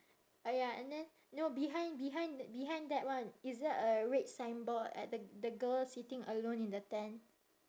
!aiya! and then no behind behind behind that one is there a red signboard at the the girl sitting alone in the tent